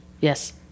Yes